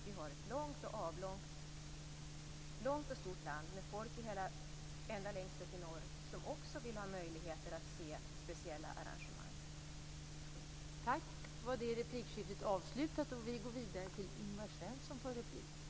Vi har ett långt och stort land med folk ända längst upp i norr, som också vill ha möjligheter att se speciella arrangemang.